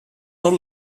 tot